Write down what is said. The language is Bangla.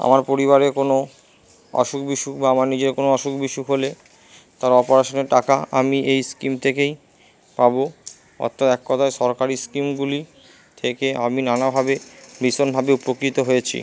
আমার পরিবারে কোনো অসুখ বিসুক বা আমার নিজের কোনো অসুখ বিসুক হলে তার অপরেশানের টাকা আমি এই স্কিম থেকেই পাবো অর্থাৎ এক কথায় সরকারি স্কিমগুলি থেকে আমি নানাভাবে ভীষণভাবে উপকৃত হয়েছি